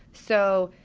so,